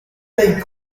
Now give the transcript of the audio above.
dei